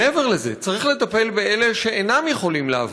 מעבר לזה, צריך לטפל באלה שאינם יכולים לעבוד,